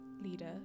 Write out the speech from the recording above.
leader